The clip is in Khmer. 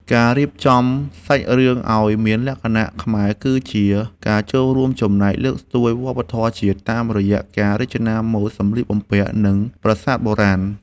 ការរៀបចំសាច់រឿងឱ្យមានលក្ខណៈខ្មែរគឺជាការចូលរួមចំណែកលើកស្ទួយវប្បធម៌ជាតិ តាមរយៈការរចនាម៉ូដសម្លៀកបំពាក់ និង ប្រាសាទបុរាណ។